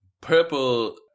purple